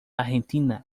argentina